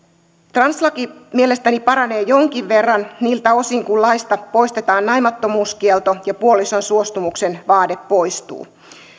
translaki mielestäni paranee jonkin verran niiltä osin kun laista poistetaan naimattomuuskielto ja puolison suostumuksen vaade poistuu